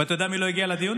ואתה יודע מי לא הגיע לדיון?